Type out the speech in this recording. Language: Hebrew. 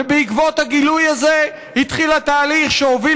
ובעקבות הגילוי הזה התחיל התהליך שהוביל